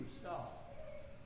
stop